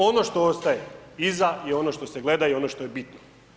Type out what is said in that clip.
Ono što ostaje iza je ono što se gleda i ono što je bitno.